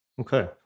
Okay